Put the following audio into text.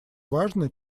важно